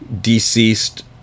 deceased